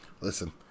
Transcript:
Listen